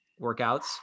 workouts